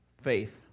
faith